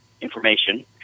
information